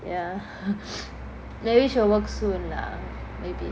ya maybe she'll work soon lah maybe